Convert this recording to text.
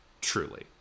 Truly